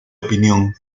opinión